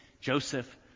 Joseph